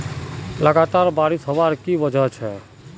लगातार बारिश होबार की वजह छे?